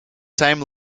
time